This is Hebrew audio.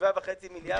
7.5 מיליארד,